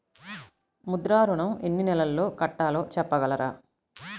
ముద్ర ఋణం ఎన్ని నెలల్లో కట్టలో చెప్పగలరా?